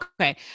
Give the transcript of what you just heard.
okay